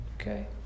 Okay